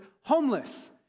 homeless